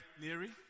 Leary